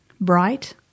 bright